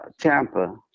Tampa